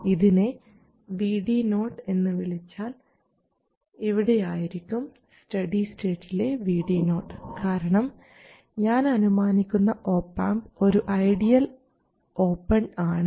ഇതിനെ VD0 എന്ന് വിളിച്ചാൽ ഇവിടെ ആയിരിക്കും സ്റ്റഡി സ്റ്റേറ്റിലെ VD0 കാരണം ഞാൻ അനുമാനിക്കുന്ന ഒപ് ആംപ് ഒരു ഐഡിയൽ ഓപ്പൺ ആണ്